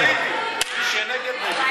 אני